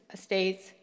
states